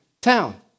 town